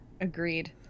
agreed